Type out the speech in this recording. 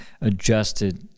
adjusted